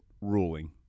ruling